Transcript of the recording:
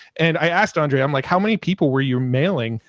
and i asked andre i'm like, how many people were you mailing?